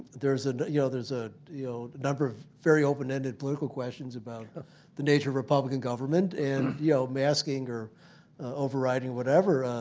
there's ah yeah there's a number of very open-ended political questions about the nature of republican government and you know masking or overriding whatever,